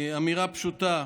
אמירה פשוטה,